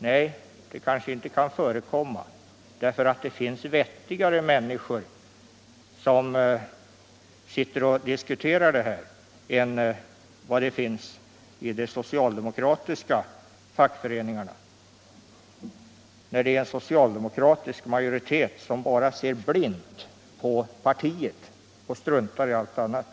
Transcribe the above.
Nej, det kanske inte kan förekomma, eftersom det finns vettigare människor som diskuterar det här än i de socialdemokratiska fackföreningarna, där en socialdemokratisk majoritet kan se blint till partiet och strunta i allt annat.